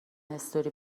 استوری